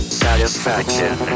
satisfaction